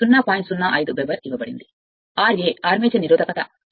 05 ఇవ్వబడింది weber ra armature నిరోధకత 0